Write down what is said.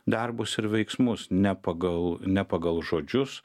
darbus ir veiksmus ne pagal ne pagal žodžius